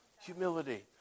Humility